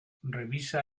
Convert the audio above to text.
revisa